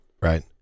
Right